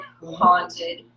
haunted